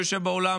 שיושב באולם,